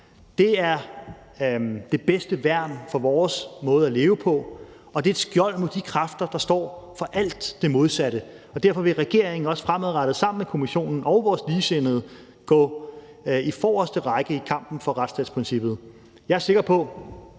Det er det bedste værn for vores måde at leve på, og det er et skjold mod de kræfter, der står for alt det modsatte. Og derfor vil regeringen også fremadrettet sammen med Kommissionen og vores ligesindede gå i forreste række i kampen for retsstatsprincippet. Jeg er sikker på,